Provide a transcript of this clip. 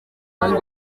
wari